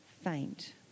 faint